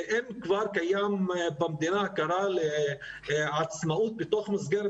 ואם כבר קיים במדינה הכרה לעצמאות בתוך מסגרת